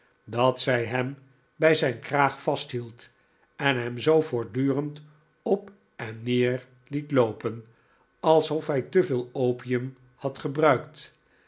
dat zij hem bij zijn kraag vasthield en hem zoo voortdurend op en neer liet loopen alsof hij te veel opium had gebruikt